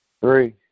Three